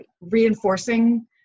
reinforcing